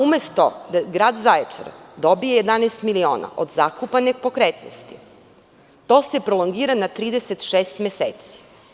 Umesto da Grad Zaječar dobije 11 miliona od zakupa nepokretnosti, to se prolongira na 36 meseci.